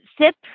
SIP